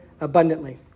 abundantly